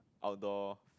outdoor